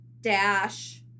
Dash